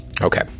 Okay